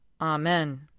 Amen